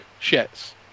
shits